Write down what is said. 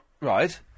Right